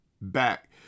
back